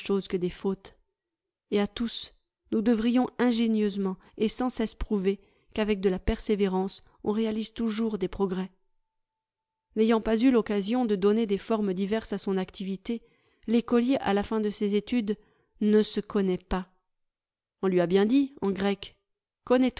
que des fautes et à tous nous devrions ingénieusement et sans cesse prouver qu'avec de la persévérance on réalise toujours des progrès n'ayant pas eu l'occasion de donner des formes diverses à son activité l'écolier à la fin de ses études ne se connait pas où lui a bien dit en grec